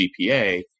GPA